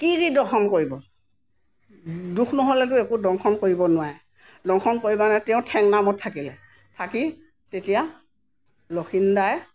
কি দি দংশন কৰিব দোষ নহ'লেতো একো দংশন কৰিব নোৱাৰে দংশন কৰিব নোৱাৰে তেওঁ ঠেঙনা মুৰত থাকিলে থাকি তেতিয়া লক্ষীন্দৰে